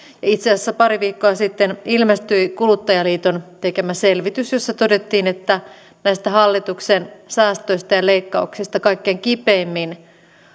itse asiassa pari viikkoa sitten ilmestyi kuluttajaliiton tekemä selvitys jossa todettiin että näistä hallituksen säästöistä ja leikkauksista kaikkein kipeimmin